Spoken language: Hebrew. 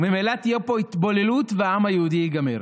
וממילא תהיה פה התבוללות, והעם היהודי ייגמר.